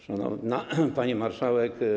Szanowna Pani Marszałek!